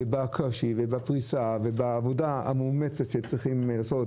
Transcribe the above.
בהרבה פרמטרים עושים מאמץ רב,